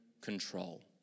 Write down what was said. control